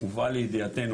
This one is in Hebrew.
הובאה לידיעתנו,